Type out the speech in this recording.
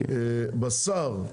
בשר,